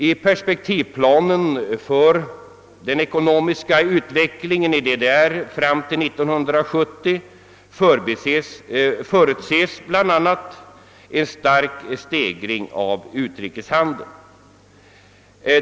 I perspektivplanen för den ekonomiska utvecklingen i DDR fram till 1970 förutses bl.a. en stark stegring av utrikeshandeln.